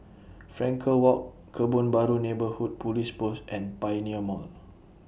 Frankel Walk Kebun Baru Neighbourhood Police Post and Pioneer Mall